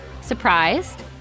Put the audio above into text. surprised